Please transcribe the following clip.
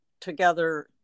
together